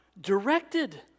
directed